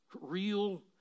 real